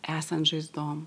esant žaizdom